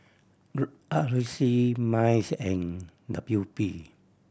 R C MICE and W P